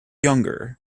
younger